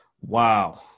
Wow